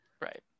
Right